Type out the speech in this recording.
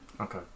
okay